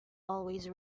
always